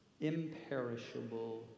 imperishable